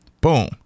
Boom